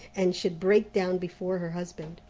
and should break down before her husband.